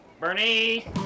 Bernie